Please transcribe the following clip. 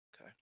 Okay